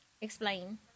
explain